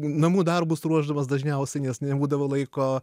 namų darbus ruošdamas dažniausiai nes nebūdavo laiko